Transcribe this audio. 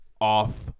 off